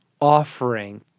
offering